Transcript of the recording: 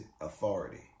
authority